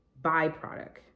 byproduct